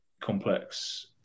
complex